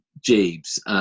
Jeeves